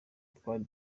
twari